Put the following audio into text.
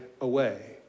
away